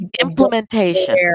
implementation